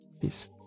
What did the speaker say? peace